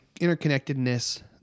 interconnectedness